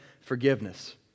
forgiveness